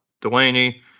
Delaney